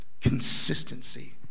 consistency